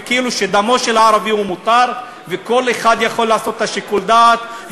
וכאילו שדמו של הערבי מותר וכל אחד יכול לעשות את שיקול הדעת,